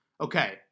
Okay